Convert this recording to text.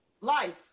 Life